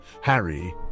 Harry